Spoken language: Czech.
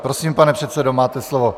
Prosím, pane předsedo, máte slovo.